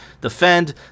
defend